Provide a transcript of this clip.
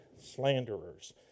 slanderers